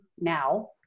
now